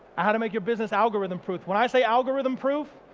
how to make your business algorithm-proof? when i say algorithm-proof,